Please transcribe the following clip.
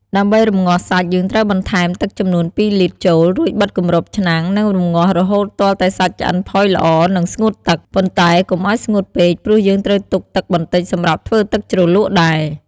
ដើម្បីរម្ងាស់សាច់ យើងត្រូវបន្ថែម ទឹកចំនួន២លីត្រ ចូល រួចបិទគម្របឆ្នាំង និងរម្ងាស់រហូតទាល់តែសាច់ឆ្អិនផុយល្អ និងស្ងួតទឹក ប៉ុន្តែកុំឱ្យស្ងួតពេក ព្រោះយើងត្រូវទុកទឹកបន្តិចសម្រាប់ធ្វើទឹកជ្រលក់ដែរ។